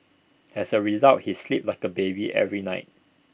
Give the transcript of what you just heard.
as A result he sleeps like A baby every night